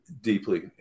deeply